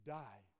die